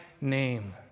name